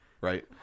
right